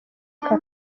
aka